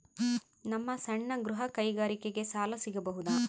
ನಮ್ಮ ಸಣ್ಣ ಗೃಹ ಕೈಗಾರಿಕೆಗೆ ಸಾಲ ಸಿಗಬಹುದಾ?